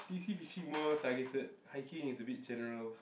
deep sea fishing more targeted hiking is a bit general